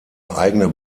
eigene